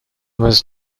was